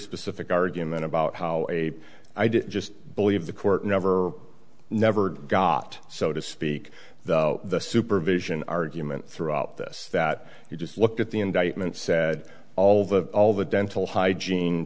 specific argument about how a i did just believe the court never never got so to speak though the supervision argument throughout this that you just look at the indictment said all the all the dental hygiene